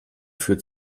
führt